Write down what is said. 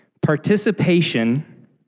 Participation